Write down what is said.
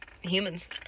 humans